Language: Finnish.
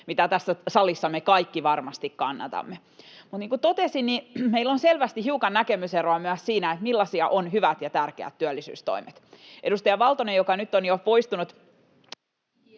mitä tässä salissa me kaikki varmasti kannatamme. Mutta niin kuin totesin, meillä on selvästi hiukan näkemyseroa myös siinä, millaisia ovat hyvät ja tärkeät työllisyystoimet. Edustaja Valtonen, joka nyt on jo poistunut